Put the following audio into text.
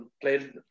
played